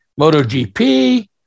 MotoGP